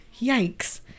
yikes